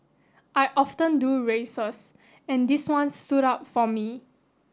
I often do races and this one stood out for me